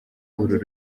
uru